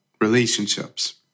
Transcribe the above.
relationships